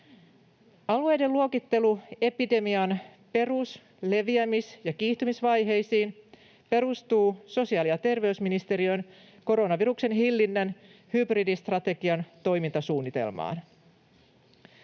Alueiden luokittelu epidemian perus-, leviämis- ja kiihtymisvaiheisiin perustuu sosiaali- ja terveysministeriön koronaviruksen hillinnän hybridistrategian toimintasuunnitelmaan.